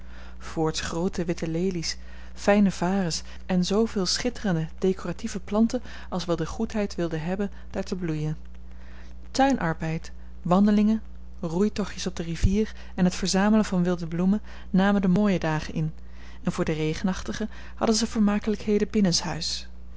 voorts groote witte lelies fijne varens en zooveel schitterende decoratieve planten als wel de goedheid wilden hebben daar te bloeien tuinarbeid wandelingen roeitochtjes op de rivier en het verzamelen van wilde bloemen namen de mooie dagen in en voor de regenachtige hadden ze vermakelijkheden binnenshuis